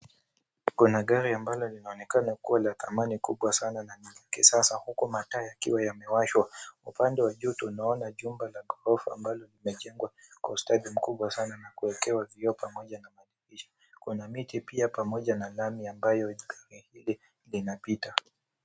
Kuna gari ambalo linaonekana kuwa la thamani kubwa sana na la kisasa hiku mataa yakiwa yamewashwa. Upande wa juu tunaona jumba la ghorofa ambalo limejengwa kwa ustadi mkubwa sana na kuekewa vioo pamoja na madirisha. Kuna miti pia pamoja na gari ambayo linapita.